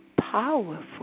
powerful